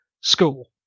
school